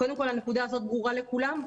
קודם כל הנקודה הזאת ברורה לכולם?